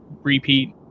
Repeat